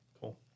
Cool